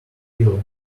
pillow